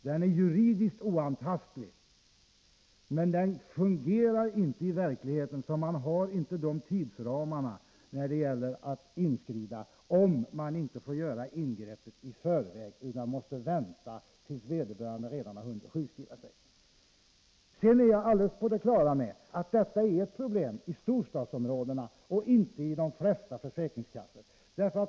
Den är juridiskt oantastlig, men den fungerar inte i verkligheten, för man har inte tillräckliga tidsramar, om man inte får göra ingripandet i förväg utan måste vänta tills vederbörande redan har hunnit att sjukskriva sig. Sedan är jag helt på det klara med att detta är ett problem i storstadsområdena och inte hos flertalet försäkringskassor.